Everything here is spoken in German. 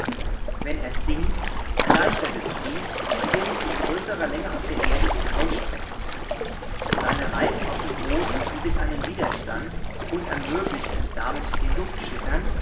wenn er sinkt erleichtert es ihn indem es in größerer länge auf der erde sich ausstreckt seine reibung auf dem boden bietet einen widerstand und ermöglicht es damit den